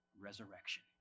resurrection